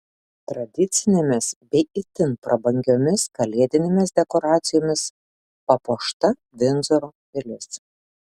tradicinėmis bei itin prabangiomis kalėdinėmis dekoracijomis papuošta vindzoro pilis